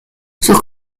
sus